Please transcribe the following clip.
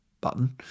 button